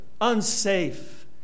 unsafe